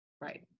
right